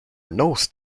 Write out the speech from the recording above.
nose